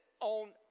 on